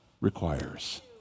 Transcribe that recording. requires